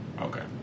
okay